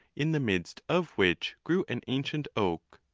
in the midst, of which grew an ancient oak.